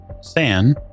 san